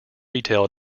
retail